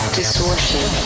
Distortion